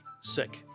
sick